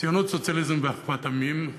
ציונות, סוציאליזם ואחוות עמים,